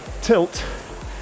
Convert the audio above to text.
tilt